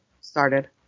started